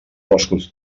boscos